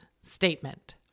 statement